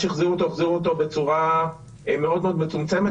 מאוד מודה למשרד הבריאות על העבודה הנרחבת,